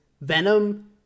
Venom